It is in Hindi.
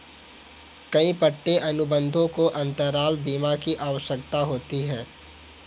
कई पट्टे अनुबंधों को अंतराल बीमा की आवश्यकता होती है